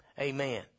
Amen